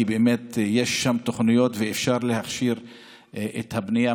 כי באמת יש שם תוכניות ואפשר להכשיר את הבנייה,